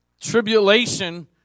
Tribulation